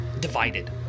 divided